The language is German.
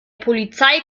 polizei